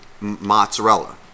mozzarella